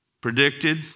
Predicted